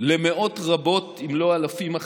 למאות רבות אם לא לאלפים.